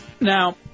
Now